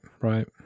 Right